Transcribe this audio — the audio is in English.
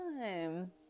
time